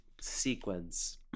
sequence